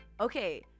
Okay